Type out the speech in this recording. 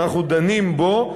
ואנחנו דנים בו,